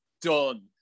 done